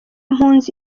mpunzi